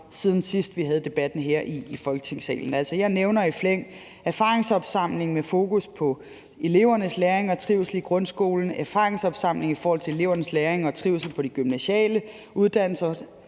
siden sidst vi havde debatten her i Folketingssalen. Jeg nævner i flæng erfaringsopsamling med fokus på elevernes læring og trivsel i grundskolen, erfaringsopsamling i forhold til elevernes læring og trivsel på de gymnasiale uddannelser,